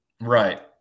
Right